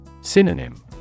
synonym